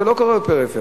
זה לא קורה בפריפריה.